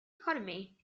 economy